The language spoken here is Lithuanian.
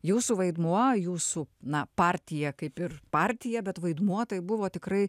jūsų vaidmuo jūsų na partija kaip ir partija bet vaidmuo tai buvo tikrai